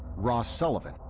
ross sullivan,